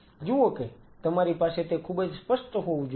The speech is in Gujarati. જુઓ કે તમારી પાસે તે ખૂબજ સ્પષ્ટ હોવું જોઈએ